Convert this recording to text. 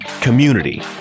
community